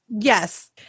Yes